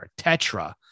Tetra